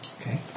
Okay